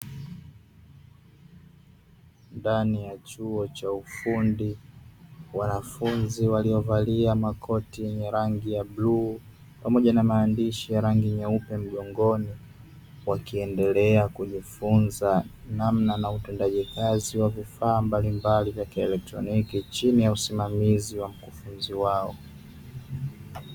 Ndani ya chuo cha ufundi wanafunzi waliovalia makoti yenye rangi ya bluu pamoja na maandishi ya rangi nyeupe mgongoni, wakiendelea kujifunza namna na utendaji kazi wa vifaa mbalimbali vya kielektroniki chini ya usimamizi wa mkufunzi wao.